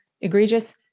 egregious